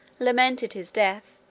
lamented his death